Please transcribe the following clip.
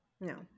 No